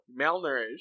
malnourished